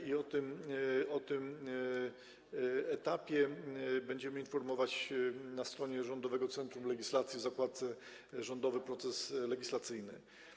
I o tym etapie będziemy informować na stronie Rządowego Centrum Legislacji w zakładce „Rządowy proces legislacyjny”